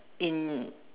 in